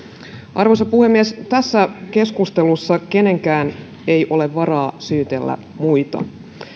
arvoisa puhemies tässä keskustelussa kenelläkään ei ole varaa syytellä muita